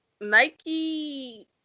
Nike